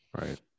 Right